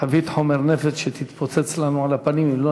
חבית חומר נפץ שתתפוצץ לנו בפנים אם לא